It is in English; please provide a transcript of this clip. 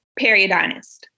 periodontist